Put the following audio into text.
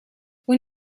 when